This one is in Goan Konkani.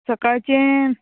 सकाळचें